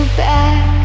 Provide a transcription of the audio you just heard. back